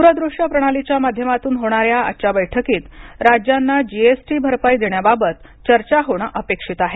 दूर दृश्य प्रणालीच्या माध्यमातून होणाऱ्या आजच्या बैठकीत राज्यांना जीएसटी भरपाई देण्याबाबत चर्चा होणं अपेक्षित आहे